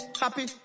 happy